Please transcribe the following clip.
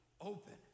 open